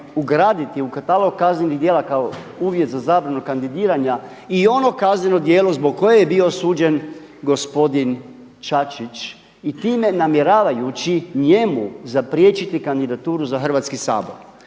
ugraditi u katalog kaznenih djela kao uvjet za zabranu kandidiranja i ono kazneno djelo zbog koje je bio osuđen gospodin Čačić i time namjeravajući njemu zapriječiti kandidaturu za Hrvatski sabor.